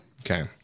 Okay